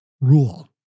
rule